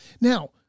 Now